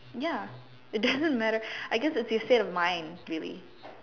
ya it doesn't matter I guess if you say the mind really